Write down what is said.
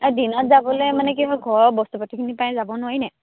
দিনত যাবলে মানে কিবা ঘৰৰ বস্তু পাতিখিনি পায় যাব নোৱাৰিনে